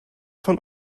von